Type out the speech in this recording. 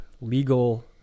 legal